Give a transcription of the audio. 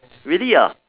really ah